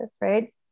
right